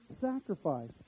sacrifice